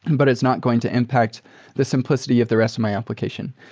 and but it's not going to impact the simplicity of the rest of my application.